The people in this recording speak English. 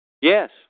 Yes